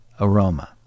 aroma